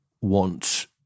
want